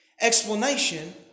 explanation